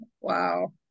Wow